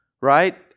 right